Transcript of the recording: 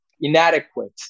inadequate